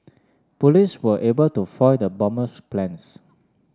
police were able to foil the bomber's plans